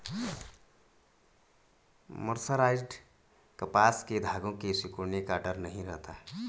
mercerised कपास के धागों के सिकुड़ने का डर नहीं रहता